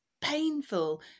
painful